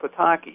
Pataki